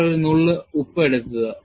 നിങ്ങൾ ഒരു നുള്ള് ഉപ്പ് എടുക്കണം